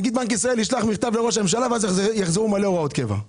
נגיד בנק ישראל ישלח מכתב לראש הממשלה ואז יחזרו מלא הוראות קבע.